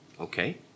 Okay